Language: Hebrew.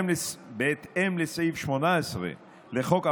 בהתאם לסעיף 18 לחוק,